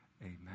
Amen